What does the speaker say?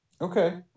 Okay